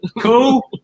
cool